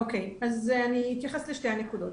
אני אתייחס לשתי הנקודות.